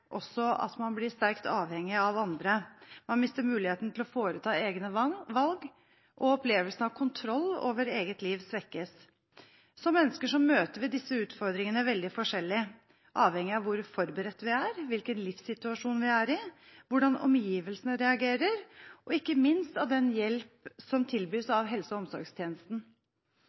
også at man blir sterkt avhengig av andre. Man mister muligheten til å foreta egne valg, og opplevelsen av kontroll over eget liv svekkes. Som mennesker møter vi disse utfordringene veldig forskjellig, avhengig av hvor forberedt vi er, hvilken livssituasjon vi er i, hvordan omgivelsene reagerer og ikke minst av den hjelp som tilbys av helse- og omsorgstjenesten.